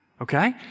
okay